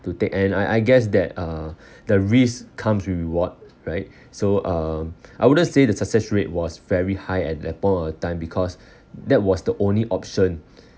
to take and I I guess that uh the risk comes with reward right so um I wouldn't say the success rate was very high at that point of time because that was the only option